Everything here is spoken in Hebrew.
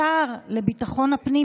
השר לביטחון הפנים,